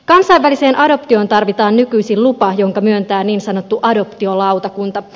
kansainväliseen adoptioon tarvitaan nykyisin lupa jonka myöntää niin sanottu adoptiolautakunta